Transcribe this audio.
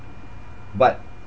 but